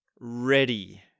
ready